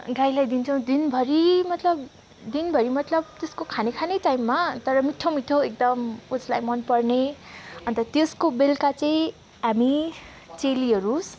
गाईलाई दिन्छौँ दिनभरि मतलब दिनभरि मतलब त्यसको खाने खाने टाइममा तर मिठो मिठो एकदम उसलाई मनपर्ने अन्त त्यसको बेलुका चाहिँ हामी चेलीहरू